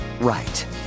right